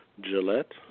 Gillette